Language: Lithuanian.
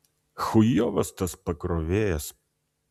chujovas tas pakrovėjas